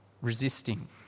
resisting